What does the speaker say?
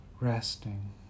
resting